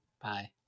Bye